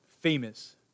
famous